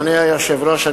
אדוני היושב-ראש,